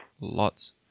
Lots